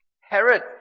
Herod